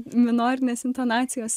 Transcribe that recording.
minorinės intonacijos